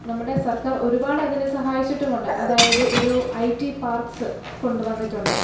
നമ്മുടെ സർക്കാർ ഒരുപാട് അതിനെ സഹായിച്ചിട്ടുമുണ്ട് അതായത് ഒരു ഐ ടി പാർക്ക്സ് കൊണ്ടുവന്നിട്ടുണ്ട്